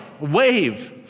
Wave